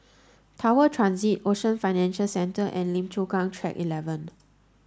Tower Transit Ocean Financial Centre and Lim Chu Kang Track eleven